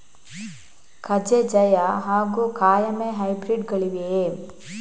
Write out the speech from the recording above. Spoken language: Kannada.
ಕಜೆ ಜಯ ಹಾಗೂ ಕಾಯಮೆ ಹೈಬ್ರಿಡ್ ಗಳಿವೆಯೇ?